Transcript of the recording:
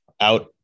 out